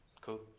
cool